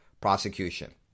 prosecution